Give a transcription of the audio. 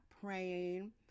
praying